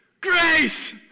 Grace